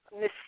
Miss